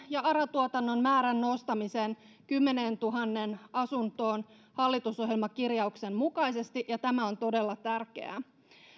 ja ara tuotannon määrän nostamisen kymmeneentuhanteen asuntoon hallitusohjelmakirjauksen mukaisesti ja tämä on todella tärkeää